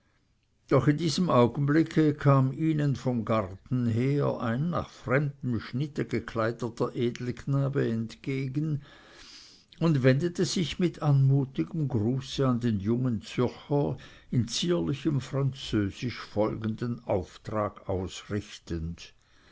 doch in diesem augenblicke kam ihnen vom garten her ein nach fremdem schnitte gekleideter edelknabe entgegen und wendete sich mit anmutigem gruße an den jungen zürcher in zierlichem französisch folgenden auftrag ausrichtend